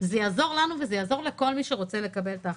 וזה יעזור לנו וזה יעזור לכל מי שרוצה לקבל את ההחלטות.